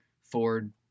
Ford